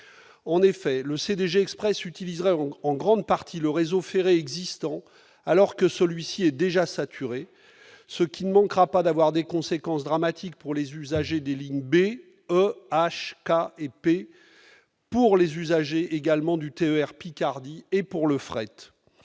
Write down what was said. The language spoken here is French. En effet, le CDG Express utiliserait en grande partie le réseau ferré existant, alors que celui-ci est déjà saturé, ce qui ne manquera pas d'avoir des conséquences dramatiques pour les usagers des lignes B, E, H, K et P, pour ceux du TER Picardie et pour le fret.